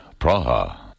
Praha